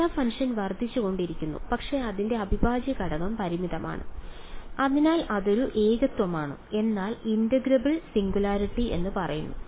delta function വർദ്ധിച്ചുകൊണ്ടിരിക്കുന്നു പക്ഷേ അതിന്റെ അവിഭാജ്യ ഘടകം പരിമിതമാണ് അതിനാൽ അതൊരു ഏകത്വമാണ് എന്നാൽ ഇന്റഗ്രേറ്റബിൾ സിംഗുലാരിറ്റി എന്ന് പറയുക